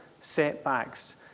setbacks